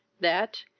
that,